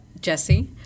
Jesse